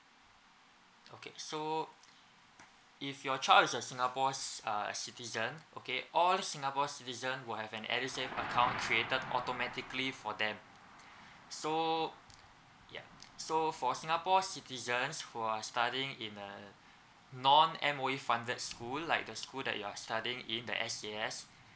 okay so if your child is a singapore's uh citizen okay all singapore citizen will have an edusave account created automatically for them so yup so for singapore citizens who are studying in a non M_O_E funded school like the school that you are studying in the S_A_S